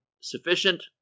sufficient